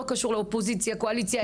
וזה לא קשור לאופוזיציה או לקואליציה.